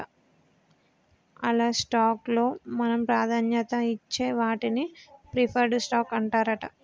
ఎలా స్టాక్ లో మనం ప్రాధాన్యత నిచ్చే వాటాన్ని ప్రిఫర్డ్ స్టాక్ అంటారట